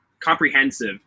comprehensive